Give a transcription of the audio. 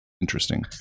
interesting